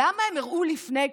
למה הם הראו לפני,